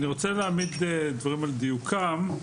אני רוצה להעמיד דברים על דיוקם.